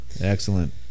Excellent